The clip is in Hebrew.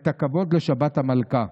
את הכבוד לשבת המלכה.